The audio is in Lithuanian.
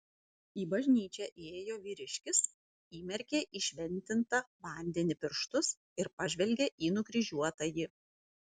į bažnyčią įėjo vyriškis įmerkė į šventintą vandenį pirštus ir pažvelgė į nukryžiuotąjį